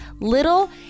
little